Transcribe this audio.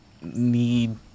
need